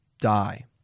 die